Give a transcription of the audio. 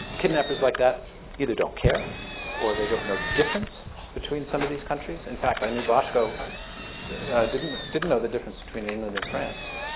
kidnappers like that either don't care or they don't know the difference between some of these countries. in fact, i knew boshko didn't didn't know the difference between england and france.